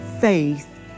faith